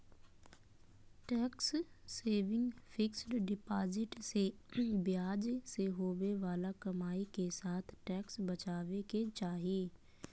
tax saving fixed deposit से ब्याज से होवे बाला कमाई के साथ टैक्स बचाबे के चाही